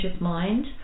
mind